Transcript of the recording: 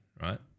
right